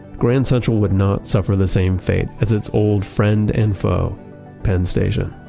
grand central would not suffer the same fate as its old friend and foe penn station